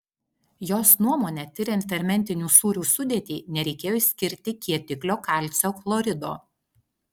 jos nuomone tiriant fermentinių sūrių sudėtį nereikėjo išskirti kietiklio kalcio chlorido